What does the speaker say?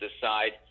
decide